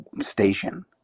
station